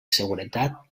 seguretat